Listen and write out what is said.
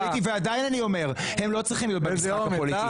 עדיין אני אומר שהן לא צריכות להיות במשחק הפוליטי